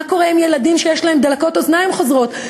מה קורה עם ילדים שיש להם דלקות אוזניים חוזרות,